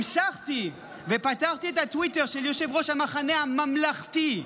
המשכתי ופתחתי את הטוויטר של יושב-ראש המחנה הממלכתי,